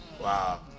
Wow